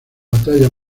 batalla